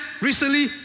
recently